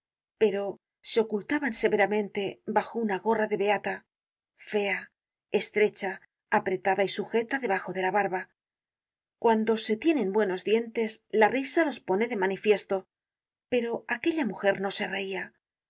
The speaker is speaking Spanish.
pero se ocultaban severamente bajo una gorra de beata fea estrecha apretada y sujeta debajo de la barba cuando se tienen buenos dientes la risa los pone de manifiesto pero aquella mujer no se reia sus